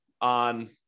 on